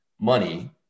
money